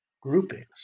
groupings